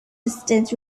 distant